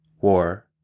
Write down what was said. War